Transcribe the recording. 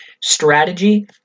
strategy